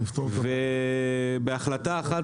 ובהחלטה אחת